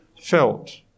felt